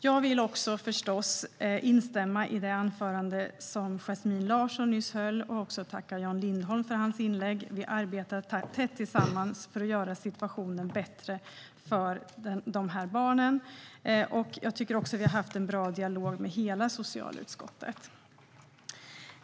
Jag vill förstås instämma i det anförande som Yasmine Larsson nyss höll och också tacka Jan Lindholm för hans inlägg. Vi arbetar tätt tillsammans för att göra situationen bättre för de här barnen. Jag tycker att vi har haft en bra dialog med hela socialutskottet.